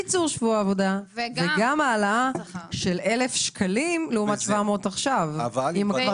כי קיצור שבוע העבודה האחרון נעשה ביחד עם עליית שכר המינימום מ-5,300.